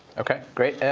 ok. great.